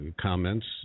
comments